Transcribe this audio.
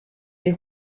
des